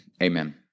Amen